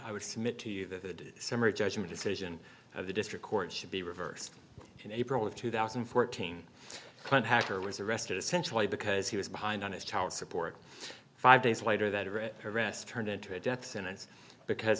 i would submit to you the summary judgment decision of the district court should be reversed in april of two thousand and fourteen contactor was arrested essentially because he was behind on his child support five days later that it rest turned into a death sentence because